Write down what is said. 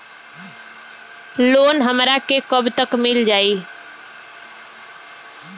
Loan हमरा के कब तक मिल जाई?